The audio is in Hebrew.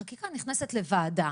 חקיקה נכנסת לוועדה.